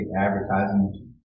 advertising